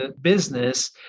business